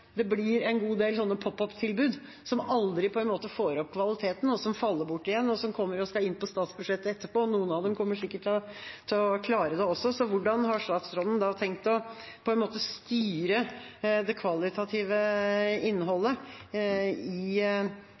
det blir en god del popup-tilbud som på en måte aldri får opp kvaliteten, som faller bort igjen, og som kommer og skal inn på statsbudsjettet etterpå, og noen av dem kommer sikkert til å klare det også. Hvordan har statsråden tenkt å styre det kvalitative innholdet i